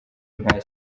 nta